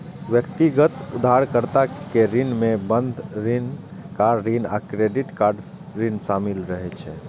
व्यक्तिगत उधारकर्ता के ऋण मे बंधक ऋण, कार ऋण आ क्रेडिट कार्ड ऋण शामिल रहै छै